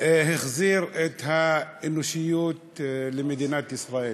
החזיר את האנושיות למדינת ישראל.